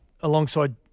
alongside